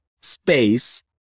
space